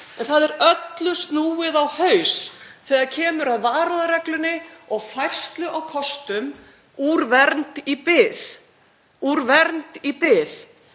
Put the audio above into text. en það er öllu snúið á haus þegar kemur að varúðarreglunni og færslu á kostum úr vernd í bið — úr vernd í bið.